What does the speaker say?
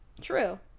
True